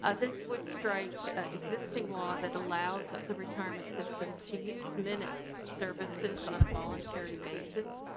ah this would strike existing law that allows the retirement system to use minute services on a voluntary basis